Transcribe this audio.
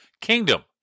kingdom